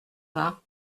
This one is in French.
vingt